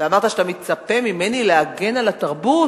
אתה אמרת שאתה מצפה ממני להגן על התרבות.